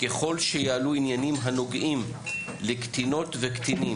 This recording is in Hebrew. ככל שיעלו עניינים הנוגעים לקטינות וקטינים